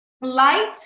light